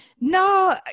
No